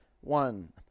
one